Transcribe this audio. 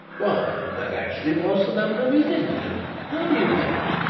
why, that actually was the number of his engine how do you know it?